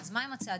אז מה הם הצעדים,